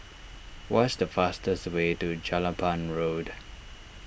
what is the fastest way to Jelapang Road